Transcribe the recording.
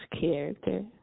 character